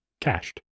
cached